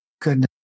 Goodness